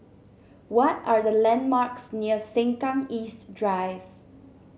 what are the landmarks near Sengkang East Drive